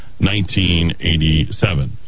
1987